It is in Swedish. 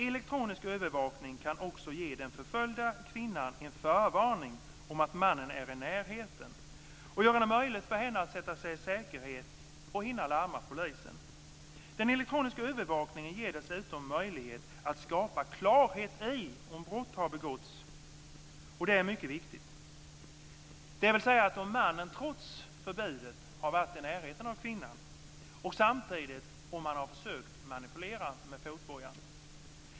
Elektronisk övervakning kan också ge den förföljda kvinnan en förvarning om att mannen är i närheten, och göra det möjligt för henne att sätta sig i säkerhet och hinna larma polisen. Den elektroniska övervakningen ger dessutom möjlighet att skapa klarhet i om brott har begåtts, dvs. - och det är mycket viktigt - om mannen trots förbudet varit i närheten av kvinnans bostad och om han har försökt manipulera med fotbojan.